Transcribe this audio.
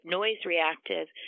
noise-reactive